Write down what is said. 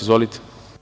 Izvolite.